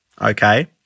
okay